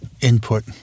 input